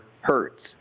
hertz